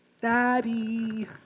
Daddy